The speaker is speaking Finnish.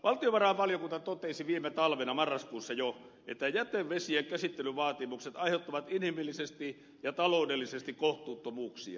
valtiovarainvaliokunta totesi viime talvena marraskuussa jo että jätevesien käsittelyvaatimukset aiheuttavat inhimillisesti ja taloudellisesti kohtuuttomuuksia